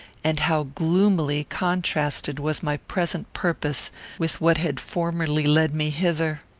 and how gloomily contrasted was my present purpose with what had formerly led me hither!